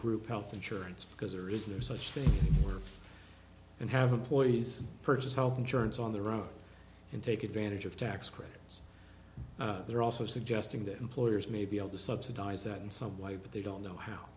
group health insurance because there is no such thing here and have employees purchase health insurance on their own and take advantage of tax credits they're also suggesting that employers may be able to subsidize that in some way but they don't know how